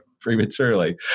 prematurely